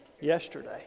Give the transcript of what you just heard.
yesterday